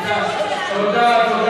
תודה.